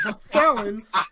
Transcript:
felons